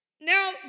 Now